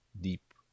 deep